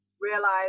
realize